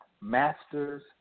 Masters